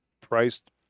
priced